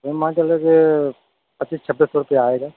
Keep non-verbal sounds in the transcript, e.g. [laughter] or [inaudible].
तो मान के [unintelligible] की पच्चीस छब्बीस सौ रुपया आएगा